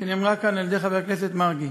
שנאמרה כאן על-ידי חבר הכנסת מרגי.